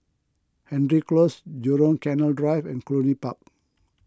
Hendry Close Jurong Canal Drive and Cluny Park